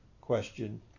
question